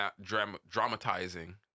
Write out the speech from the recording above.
dramatizing